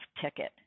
ticket